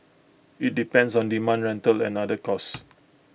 IT depends on demand rental and other costs